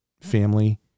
family